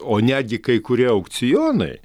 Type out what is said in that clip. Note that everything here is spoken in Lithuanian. o netgi kai kurie aukcionai